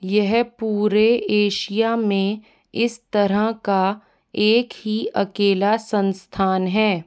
यह पूरे एशिया में इस तरह का एक ही अकेला संस्थान है